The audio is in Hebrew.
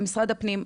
משרד הפנים,